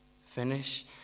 Finish